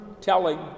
telling